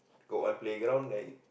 got one playground then